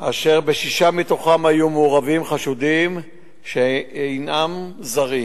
אשר בשישה מתוכם היו מעורבים חשודים שאינם זרים.